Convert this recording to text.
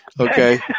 Okay